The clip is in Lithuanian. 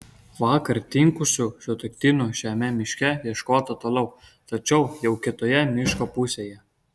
vakar dingusių sutuoktinių šiame miške ieškota toliau tačiau jau kitoje miško pusėje